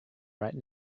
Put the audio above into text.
right